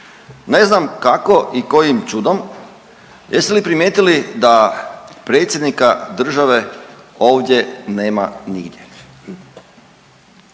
Ne znam kako i kojim čudom jeste li primijetili da predsjednika države ovdje nema nigdje.